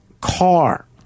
car